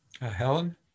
Helen